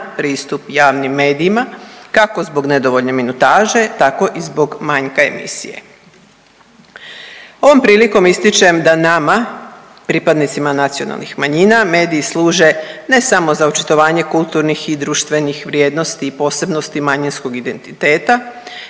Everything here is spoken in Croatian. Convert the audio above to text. pristup javnim medijima kako zbog nedovoljne minutaže, tako i zbog manjka emisije. Ovom prilikom ističem da nama pripadnicima nacionalnih manjina mediji služe ne samo za očitovanje kulturnih i društvenih vrijednosti i posebnosti manjinskog identiteta,